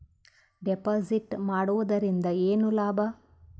Deposit ಮಾಡುದರಿಂದ ಏನು ಲಾಭ?